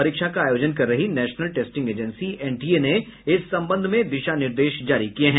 परीक्षा का आयोजन कर रही नेशनल टेस्टिंग एजेंसी एनटीए ने इस संबंध में दिशा निर्देश जारी किये हैं